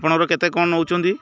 ଆପଣଙ୍କର କେତେ କ'ଣ ନେଉଛନ୍ତି